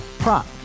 Prop